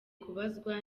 kubazwa